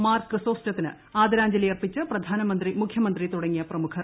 മാർ ക്രിസോസ്റ്റത്തിന് ആദരാജ്ഞലിയർപ്പിച്ച് പ്രധാനമന്ത്രി മുഖൃമന്ത്രി തുടങ്ങിയ പ്രമുഖർ